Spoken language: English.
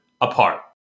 apart